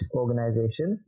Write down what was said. organization